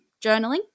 journaling